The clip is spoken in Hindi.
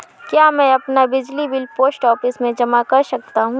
क्या मैं अपना बिजली बिल पोस्ट ऑफिस में जमा कर सकता हूँ?